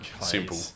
simple